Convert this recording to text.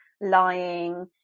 lying